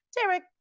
Derek